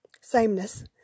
sameness